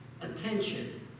attention